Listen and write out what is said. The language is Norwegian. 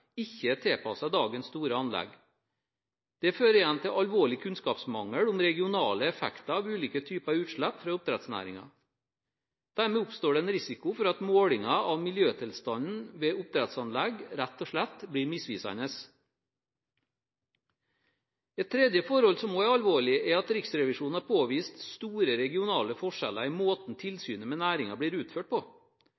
ikke er tilpasset dagens store anlegg. Det fører igjen til alvorlig kunnskapsmangel om regionale effekter av ulike typer utslipp fra oppdrettsnæringen. Dermed oppstår det en risiko for at målinger av miljøtilstanden ved oppdrettsanlegg rett og slett blir misvisende. Et tredje forhold som også er alvorlig, er at Riksrevisjonen har påvist store regionale forskjeller i måten